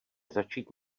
začít